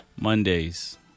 Mondays